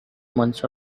months